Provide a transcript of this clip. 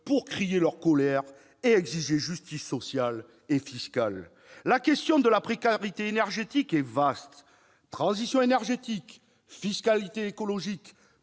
pour crier leur colère et exiger justice sociale et fiscale ? La question de la précarité énergétique est vaste : transition énergétique, fiscalité écologique,